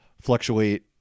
fluctuate